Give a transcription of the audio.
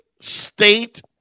state